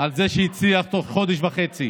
על זה שהצליח בתוך חודש וחצי